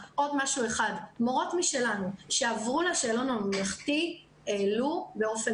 מורות משלנו שעברו לשאלון הממלכתי העלו באופן